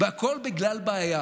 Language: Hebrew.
והכול בגלל בעיה